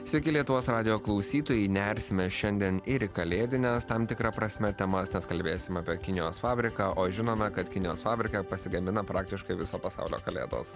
sveiki lietuvos radijo klausytojai nersime šiandien ir į kalėdines tam tikra prasme temas nes kalbėsim apie kinijos fabriką o žinome kad kinijos fabrike pasigamina praktiškai viso pasaulio kalėdos